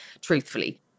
truthfully